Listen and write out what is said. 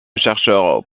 chercheur